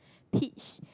teach